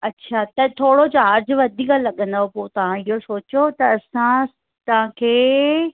अच्छा त थोरो चार्ज वधीक लॻंदो पोइ तव्हां इहो सोचो त असां तव्हांखे